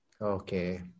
okay